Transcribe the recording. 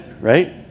right